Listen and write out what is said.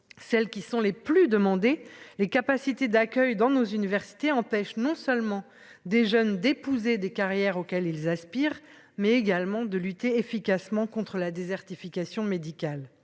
celles qui sont les plus demandés, les capacités d'accueil dans nos universités empêche non seulement des jeunes d'épouser des carrières auquel ils aspirent, mais également de lutter efficacement contre la désertification médicale